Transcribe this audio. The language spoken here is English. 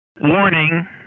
Warning